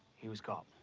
he was caught.